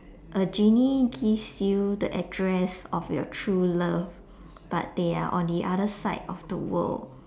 a genie gives you the address of your true love but they are on the other side of the world